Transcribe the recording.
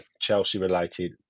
Chelsea-related